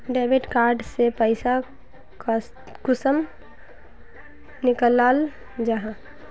Debit card से पैसा कुंसम निकलाल जाहा?